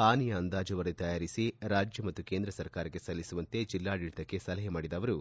ಹಾನಿಯ ಅಂದಾಜು ವರದಿ ತಯಾರಿಸಿ ರಾಜ್ಯ ಮತ್ತು ಕೇಂದ್ರ ಸರ್ಕಾರಕ್ಕೆ ಸಲ್ಲಿಸುವಂತೆ ಜಿಲ್ಲಾಡಳಿತಕ್ಕೆ ಸಲಹೆ ಮಾಡಿದ ಅವರು